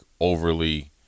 overly